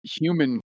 human